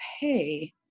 pay